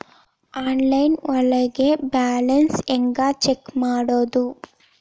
Online ಒಳಗೆ balance ಹ್ಯಾಂಗ check ಮಾಡೋದು?